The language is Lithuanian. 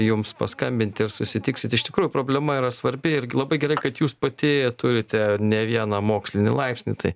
jums paskambinti ir susitiksit iš tikrųjų problema yra svarbi irgi labai gerai kad jūs pati turite ne vieną mokslinį laipsnį tai